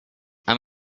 and